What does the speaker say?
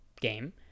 game